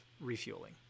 refueling